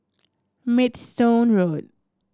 Maidstone Road